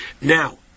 Now